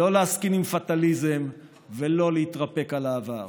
לא להסכין עם פטאליזם ולא להתרפק על העבר.